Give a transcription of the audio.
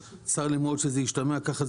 אז צר לי מאוד שזה השתמע כך,